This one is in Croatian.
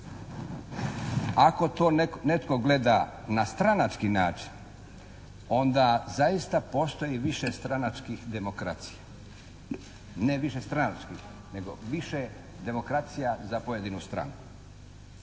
Ako to netko gleda na stranački način, onda zaista postoji više stranačkih demokracija. Ne višestranačkih, nego više demokracija za pojedinu stranku.